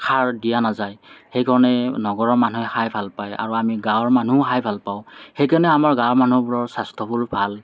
সাৰ দিয়া নাযায় সেইকাৰণে নগৰৰ মানুহে খাই ভাল পায় আৰু আমি গাঁৱৰ মানুহেও খাই ভাল পাওঁ সেইকাৰণে আমাৰ গাঁৱৰ মানুহবোৰৰ স্বাস্থ্যবোৰ ভাল